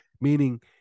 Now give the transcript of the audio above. Meaning